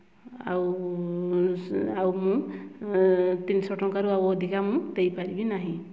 ଆଉ ଆଉ ମୁଁ ତିନି ଶହ ଟଙ୍କାରୁ ଆଉ ଅଧିକ ମୁଁ ଆଉ ଦେଇପାରିବି ନାହିଁ